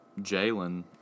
Jalen